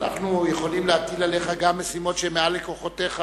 אנחנו יכולים להטיל עליך גם משימות שהן מעל לכוחותיך,